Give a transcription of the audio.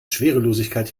schwerelosigkeit